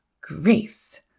grace